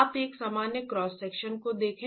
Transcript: आप एक सामान्य क्रॉस सेक्शन को देखें